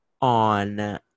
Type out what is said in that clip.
on